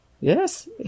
Yes